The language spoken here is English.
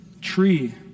tree